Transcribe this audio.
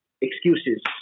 excuses